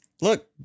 Look